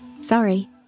Sorry